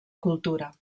cultura